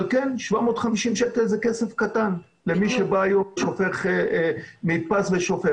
אבל כן, 750 שקל זה כסף קטן למי שנתפס שופך.